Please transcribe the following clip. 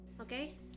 Okay